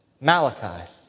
Malachi